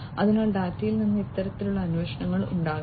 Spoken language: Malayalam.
അതിനാൽ ഡാറ്റയിൽ നിന്ന് ഇത്തരത്തിലുള്ള അന്വേഷണങ്ങൾ ഉണ്ടാകാം